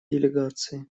делегации